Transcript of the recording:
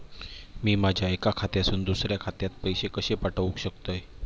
मी माझ्या एक्या खात्यासून दुसऱ्या खात्यात पैसे कशे पाठउक शकतय?